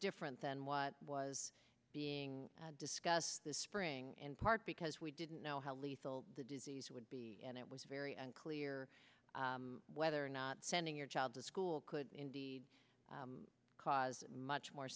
different than what was being discussed this spring in part because we didn't know how lethal the disease would be and it was very unclear whether or not sending your child to school could indeed cause much more